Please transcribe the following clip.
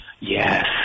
Yes